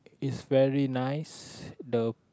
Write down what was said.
is very nice the